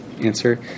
answer